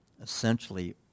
essentially